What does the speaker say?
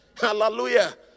Hallelujah